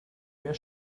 mehr